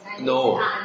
No